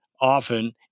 often